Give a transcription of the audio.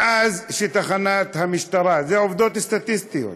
מאז שתחנת המשטרה, אלה עובדות סטטיסטיות,